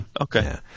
Okay